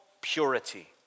purity